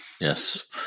Yes